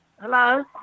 Hello